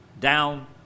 down